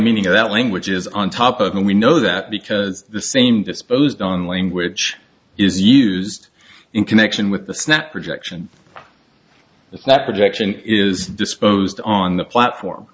meaning of that language is on top of what we know that because the same disposed on language is used in connection with the snap projection that projection is disposed on the platform